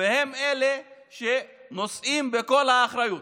והם אלה שנושאים בכל האחריות.